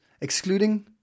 excluding